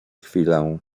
chwilę